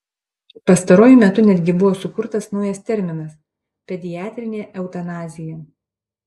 pastaruoju metu netgi buvo sukurtas naujas terminas pediatrinė eutanazija